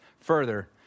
further